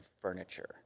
furniture